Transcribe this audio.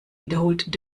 wiederholt